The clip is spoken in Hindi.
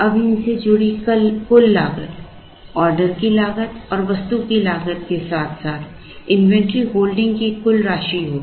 अब इससे जुड़ी कुल लागत ऑर्डर की लागत और वस्तु की लागत के साथ साथ इन्वेंट्री होल्डिंग की कुल राशि होगी